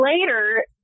later